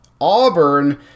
Auburn